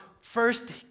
first